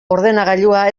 ordenagailua